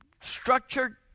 structured